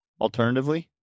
Alternatively